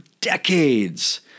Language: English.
decades